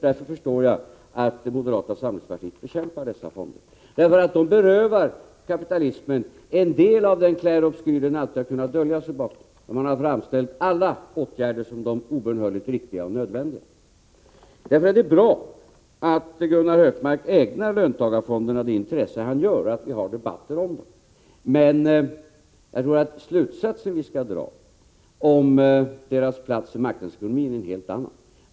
Därför förstår jag att moderata samlingspartiet bekämpar dessa fonder, som berövar kapitalismen en del av den klärobskyr som den alltid kunnat dölja sig bakom — man har framställt alla åtgärder som de obönhörligt riktiga och nödvändiga. Det är således bra att Gunnar Hökmark ägnar löntagarfonderna ett sådant intresse och att vi har debatter om dem. Men jag tror att den slutsats vi skall dra beträffande deras plats i marknadsekonomin är en helt annan.